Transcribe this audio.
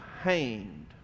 hanged